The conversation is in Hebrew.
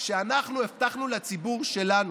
כשאנחנו הבטחנו לציבור שלנו,